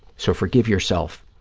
so, forgive yourself.